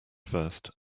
first